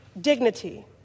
dignity